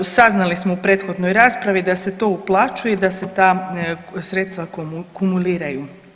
Saznali smo u prethodnoj raspravi da se to uplaćuje i da se ta sredstva kumuliraju.